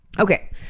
Okay